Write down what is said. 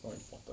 not important